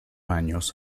años